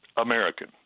American